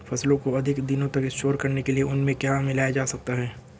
फसलों को अधिक दिनों तक स्टोर करने के लिए उनमें क्या मिलाया जा सकता है?